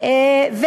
בגיל שבע.